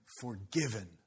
forgiven